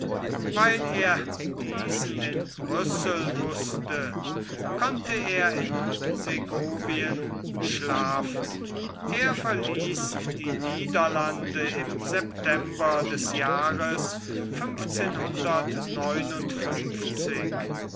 weil er diesen in brüssel wußte konnte er in segovien schlafen er verließ die niederlande im september des jahrs